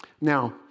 Now